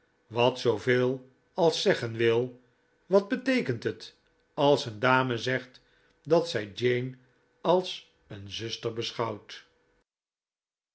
wat zooveel als zeggen wil wat beteekent het als een dame zegt dat zij jane als een zuster beschouwt